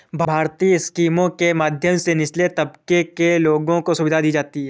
भारतीय स्कीमों के माध्यम से निचले तबके के लोगों को सुविधा दी जाती है